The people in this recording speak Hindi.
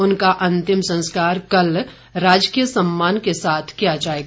उनका अंतिम संस्कार कल राजकीय सम्मान के साथ किया जाएगा